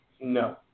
No